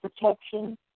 protection